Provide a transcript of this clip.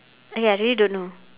eh ya I really don't know